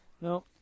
No